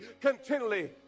continually